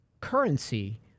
currency